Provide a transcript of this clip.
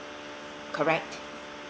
correct